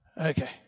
Okay